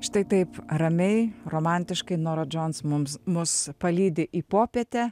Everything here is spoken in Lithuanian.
štai taip ramiai romantiškai nora džons mums mus palydi į popietę